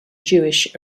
jewish